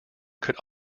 could